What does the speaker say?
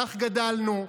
כך גדלנו,